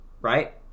right